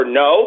no